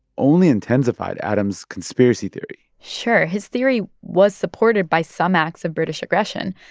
only intensified adams' conspiracy theory sure, his theory was supported by some acts of british aggression.